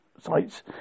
sites